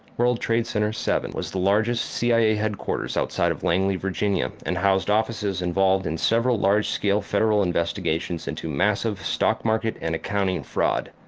world trade center seven was the largest cia headquarters outside langley virginia and housed offices involved in several large-scale federal investigations into massive stock market and accounting fraud,